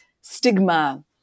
stigma